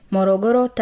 Morogoro